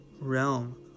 realm